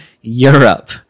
europe